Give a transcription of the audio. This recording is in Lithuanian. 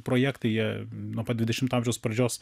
projektai jie nuo pat dvidešimto amžiaus pradžios